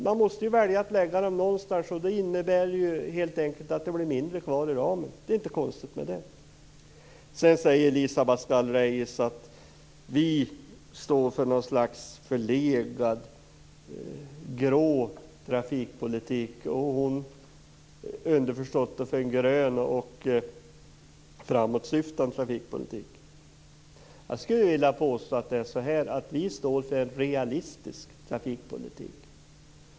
Man måste ju välja att lägga pengarna någonstans, vilket innebär att det blir mindre kvar i ramen. Det är inget konstigt med det. Sedan säger Elisa Abascal Reyes att vi står för något slags förlegad grå trafikpolitik och hon, underförstått, står för en grön och framåtsyftande trafikpolitik. Jag skulle vilja påstå att vi står för en realistisk trafikpolitik.